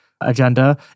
agenda